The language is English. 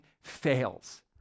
fails